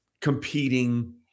competing